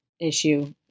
issue